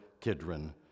Kidron